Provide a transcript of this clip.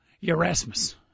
Erasmus